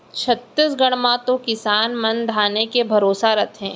छत्तीसगढ़ म तो किसान मन धाने के भरोसा रथें